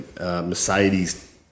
Mercedes